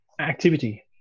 Activity